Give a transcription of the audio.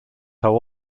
how